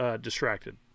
distracted